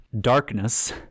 darkness